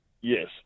Yes